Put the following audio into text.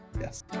yes